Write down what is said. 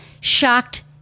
shocked